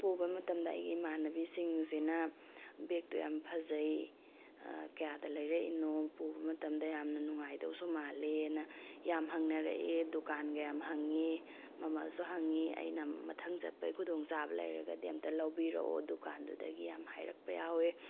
ꯄꯨꯕ ꯃꯇꯝꯗ ꯑꯩꯒꯤ ꯏꯃꯥꯟꯅꯕꯤꯁꯤꯡꯁꯤꯅ ꯕꯦꯛꯇꯣ ꯌꯥꯝ ꯐꯖꯩ ꯀꯌꯥꯗ ꯂꯩꯔꯛꯏꯅꯣ ꯄꯨꯕ ꯃꯇꯝꯗ ꯌꯥꯝꯅ ꯅꯨꯡꯉꯥꯏꯗꯧꯁꯨ ꯃꯥꯜꯂꯦꯅ ꯌꯥꯃ ꯍꯪꯅꯔꯛꯑꯦ ꯗꯨꯀꯥꯟꯒ ꯌꯥꯝ ꯍꯪꯉꯦ ꯃꯃꯜꯁꯨ ꯍꯪꯉꯦ ꯑꯩꯅ ꯃꯊꯪ ꯆꯠꯄꯩ ꯈꯨꯗꯣꯡ ꯆꯥꯕ ꯂꯩꯔꯒꯗꯤ ꯑꯝꯇ ꯂꯧꯕꯤꯔꯛꯑꯣ ꯗꯨꯀꯥꯟꯗꯨꯗꯒꯤ ꯌꯥꯝ ꯍꯥꯏꯔꯛꯄ ꯌꯥꯎꯋꯦ